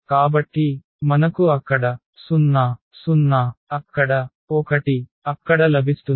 కాబట్టి మనకు అక్కడ 0 0 అక్కడ 1 అక్కడ లభిస్తుంది